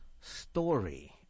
story